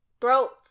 Throat